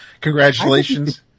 congratulations